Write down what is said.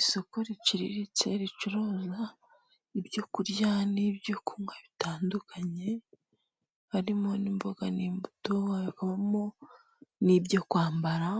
Isoko riciriritse ricuruza ibyo kurya n'ibyo kunywa bitandukanye, harimo imboga n'imbutomo n'ibyo kwambara,